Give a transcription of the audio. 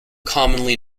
commonly